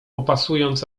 opasując